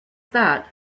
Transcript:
that